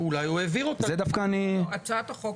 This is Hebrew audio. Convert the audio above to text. הצעת החוק